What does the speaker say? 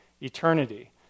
eternity